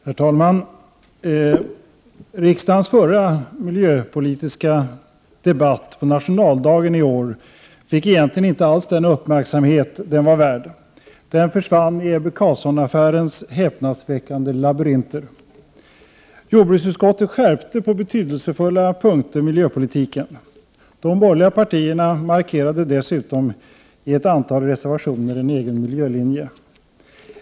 Herr talman! Riksdagens förra miljöpolitiska debatt på nationaldagen i år fick egentligen inte alls den uppmärksamhet den var värd. Den försvann i Ebbe Carlsson-affärens häpnadsväckande labyrinter. Jordbruksutskottet skärpte på betydelsefulla punkter miljöpolitiken. De borgerliga partierna markerade dessutom i ett antal reservationer en egen miljölinje.